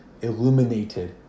illuminated